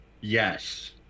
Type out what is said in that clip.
Yes